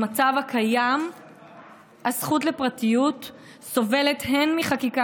במצב הקיים הזכות לפרטיות סובלת מחקיקה